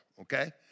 okay